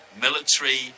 military